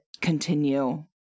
continue